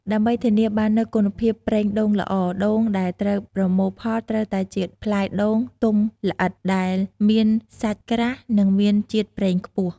ដើម្បីធានាបាននូវគុណភាពប្រេងដូងល្អ ដូងដែលត្រូវប្រមូលផលត្រូវតែជាផ្លែដូងទុំល្អិត ដែលមានសាច់ក្រាស់ និងមានជាតិប្រេងខ្ពស់។